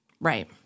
Right